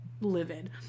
livid